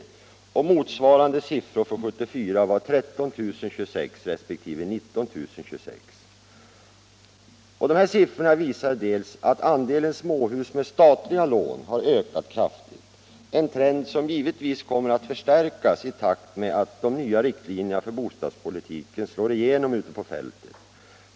Motsvarande siffror för — motverka oskäliga 1974 var 13026 resp. 19 026. kapitalvinster vid Dessa siffror visar att andelen småhus med statliga lån har ökat kraftigt, — försäljning av en trend som givetvis kommer att förstärkas i takt med att de nya rikt = småhus linjerna för bostadspolitiken slår igenom ute på fältet.